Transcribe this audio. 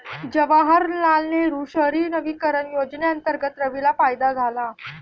जवाहरलाल नेहरू शहरी नवीकरण योजनेअंतर्गत रवीला फायदा झाला